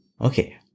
okay